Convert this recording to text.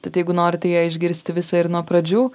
tad jeigu norite ją išgirsti visą ir nuo pradžių